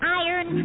iron